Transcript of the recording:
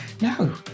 No